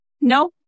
No